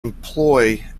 employ